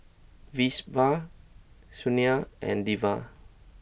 Vinoba Sunil and Devi